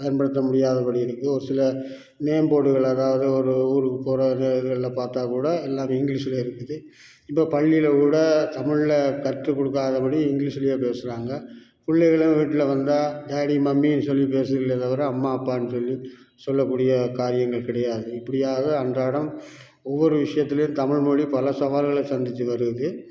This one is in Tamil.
பயன்படுத்த முடியாதபடி இருக்குது ஒரு சில நேம் போர்டுகள் அதாவது ஒரு ஊருக்கு போகிற பார்த்தாக்கூட எல்லாம் இங்கிலீஷில் இருக்குது இப்போ பள்ளியில்கூட தமிழில் கற்று கொடுக்காதபடி இங்கிலீஷுலேயே பேசுகிறாங்க பிள்ளைகளும் வீட்டில் வந்தால் டேடி மம்மினு சொல்லி பேசுதுங்களே தவிர அம்மா அப்பான்னு சொல்லி சொல்லக்கூடிய காரியங்கள் கிடையாது இப்படியாக அன்றாடம் ஒவ்வொரு விஷயத்துலையும் தமிழ்மொழி பல சவால்களை சந்தித்து வருது